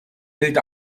gilt